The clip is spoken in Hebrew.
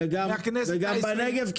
ב-03:00?